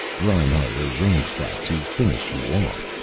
reinhart arranged that, to finish you off.